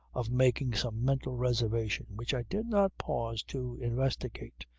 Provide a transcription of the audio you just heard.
of making some mental reservation which i did not pause to investigate.